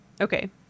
Okay